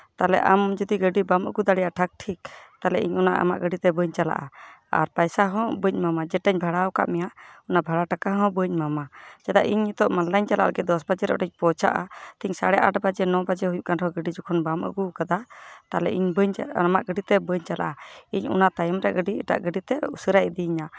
ᱛᱟᱞᱚᱦᱮ ᱟᱢ ᱡᱩᱫᱤ ᱜᱟᱹᱰᱤ ᱵᱟᱢ ᱟᱹᱜᱩ ᱫᱟᱲᱮᱭᱟᱜᱼᱟ ᱴᱷᱟᱠᱼᱴᱷᱤᱠ ᱛᱟᱞᱚᱦᱮ ᱤᱧ ᱚᱱᱟ ᱟᱢᱟᱜ ᱜᱟᱹᱰᱤ ᱛᱮ ᱵᱟᱹᱧ ᱪᱟᱞᱟᱜᱼᱟ ᱟᱨ ᱯᱟᱭᱥᱟ ᱦᱚᱸ ᱵᱟᱹᱧ ᱮᱢᱟᱢᱟ ᱡᱮᱴᱟᱧ ᱵᱷᱟᱲᱟᱣᱟᱠᱟᱜ ᱢᱮᱭᱟ ᱚᱱᱟ ᱵᱷᱟᱲᱟ ᱴᱟᱠᱟ ᱦᱚᱸ ᱵᱟᱹᱧ ᱮᱢᱟᱢᱟ ᱪᱮᱫᱟᱜ ᱤᱧ ᱱᱤᱛᱚᱜ ᱢᱟᱞᱫᱟᱧ ᱪᱟᱞᱟᱜ ᱞᱟᱹᱜᱤᱫ ᱫᱚᱥ ᱵᱟᱡᱮ ᱨᱮ ᱚᱸᱰᱮᱧ ᱯᱳᱶᱪᱷᱟᱜᱼᱟ ᱴᱷᱤᱠ ᱥᱟᱲᱮ ᱟᱴ ᱱᱚ ᱵᱟᱡᱮ ᱦᱩᱭᱩᱜ ᱠᱟᱱ ᱨᱮᱦᱚᱸ ᱜᱟᱹᱰᱤ ᱡᱚᱠᱷᱚᱱ ᱵᱟᱢ ᱟᱹᱜᱩᱣᱟᱠᱟᱫᱟ ᱛᱟᱞᱚᱦᱮ ᱤᱧ ᱵᱟᱹᱧ ᱪᱟᱞᱟᱜ ᱠᱟᱱᱟ ᱟᱢᱟᱜ ᱜᱟᱹᱰᱤ ᱛᱮ ᱵᱟᱹᱧ ᱪᱟᱞᱟᱜᱼᱟ ᱤᱧ ᱚᱱᱟ ᱛᱟᱭᱚᱢ ᱨᱮᱭᱟᱜ ᱜᱟᱹᱰᱤ ᱮᱴᱟᱜ ᱜᱟᱹᱰᱤ ᱛᱮ ᱩᱥᱟᱹᱨᱟᱭ ᱤᱫᱤᱭᱤᱧᱟᱹ